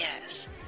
yes